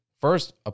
first